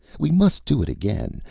we must do it again.